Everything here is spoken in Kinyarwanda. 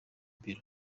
bureau